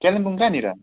कालिम्पोङ कहाँनिर